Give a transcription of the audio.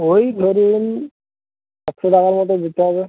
ওই ধরুন একশো টাকার মতো দিতে হবে